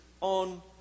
on